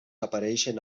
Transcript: apareixen